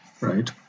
right